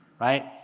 Right